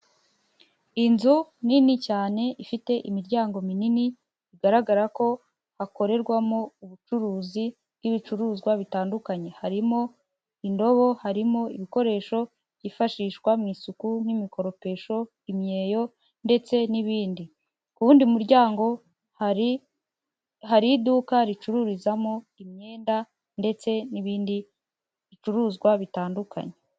Inzu nini cyane ifite imiryango minini bigaragara ko hakorerwamo ubucuruzi bw'ibicuruzwa bitandukanye, harimo indobo, harimo ibikoresho byifashishwa mu isuku nk'imikoropesho, imyeyo ndetse n'ibindi. Ku wundi muryango hari iduka ricururizamo imyenda ndetse n'ibindi bicuruzwa bitandukanye.